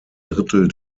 drittel